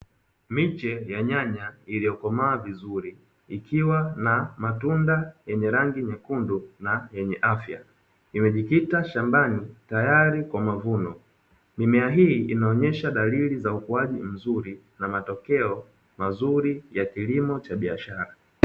Miche ya nyanya iliyokomaa vizuri ikiwa na matunda yenye rangi nyekundu na yenye afya, imejikita shambani tayari kwa mavuno, mimea hii inaonyesha dalili za ukuaji mzuri na matokeo mazuri ya kilimo cha biashara.